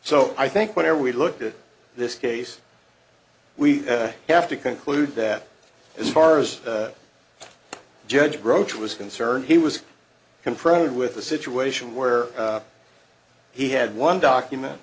so i think whenever we look at this case we have to conclude that as far as judge growth was concerned he was confronted with a situation where he had one document